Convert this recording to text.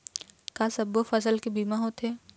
का सब्बो फसल के बीमा होथे?